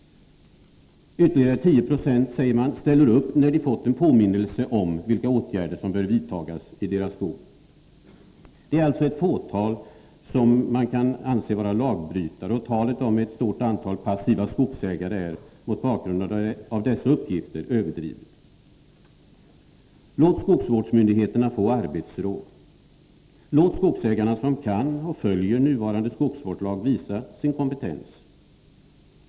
Ytterligare 10 96, säger man, ställer upp när de har fått en påminnelse om vilka åtgärder som bör vidtas i deras skog. Det är alltså ett fåtal som är lagbrytare, och talet om ett stort antal passiva skogsägare är, mot bakgrund av dessa uppgifter, överdrivet. Låt skogsvårdsmyndigheterna få arbetsro! Låt skogsägarna, som kan och följer nuvarande skogsvårdslag, visa sin kompetens!